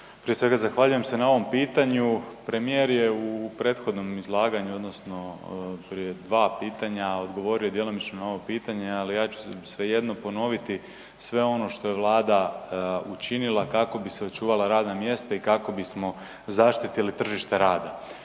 prije svega zahvaljujem se na ovom pitanju, premijer je u prethodnom izlaganju odnosno prije 2 pitanja odgovorio djelomično na ovo pitanje ali ja ću svejedno ponoviti sve ono što je Vlada učinila kako bi sačuvala radna mjesta i kako bismo zaštitili tržište rada.